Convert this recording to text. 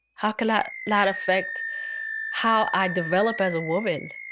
how could that not affect how i develop as a woman?